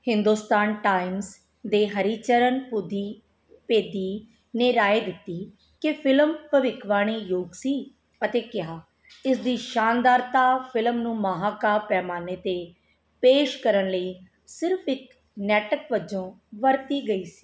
Hindustan Times ਦੇ ਹਰੀਚਰਨ ਪੁਦੀਪੇਦੀ ਨੇ ਰਾਏ ਦਿੱਤੀ ਕਿ ਫ਼ਿਲਮ ਭਵਿੱਖ ਬਾਣੀ ਯੋਗ ਸੀ ਅਤੇ ਕਿਹਾ ਇਸ ਦੀ ਸ਼ਾਨਦਾਰਤਾ ਫ਼ਿਲਮ ਨੂੰ ਮਹਾਂਕਾਵਿ ਪੈਮਾਨੇ 'ਤੇ ਪੇਸ਼ ਕਰਨ ਲਈ ਸਿਰਫ਼ ਇੱਕ ਨਾਟਕ ਵਜੋਂ ਵਰਤੀ ਗਈ ਸੀ